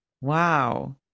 Wow